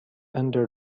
under